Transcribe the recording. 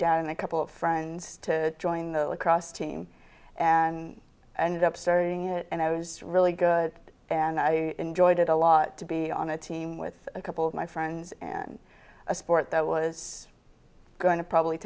and a couple of friends to join the lacrosse team and ended up studying it and i was really good and i enjoyed it a lot to be on a team with a couple of my friends and a sport that was going to probably